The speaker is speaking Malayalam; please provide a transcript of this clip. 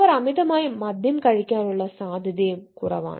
അവർ അമിതമായി മദ്യം കഴിക്കാനുള്ള സാധ്യതയും കുറവാണ്